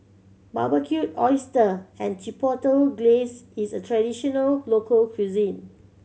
Barbecued Oyster and Chipotle Glaze is a traditional local cuisine